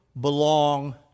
belong